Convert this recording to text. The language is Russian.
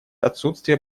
отсутствие